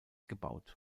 gebaut